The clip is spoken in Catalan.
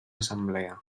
assemblea